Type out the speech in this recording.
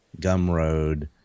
Gumroad